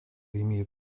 имеет